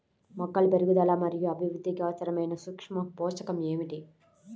మొక్కల పెరుగుదల మరియు అభివృద్ధికి అవసరమైన సూక్ష్మ పోషకం ఏమిటి?